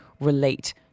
relate